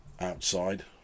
outside